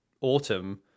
autumn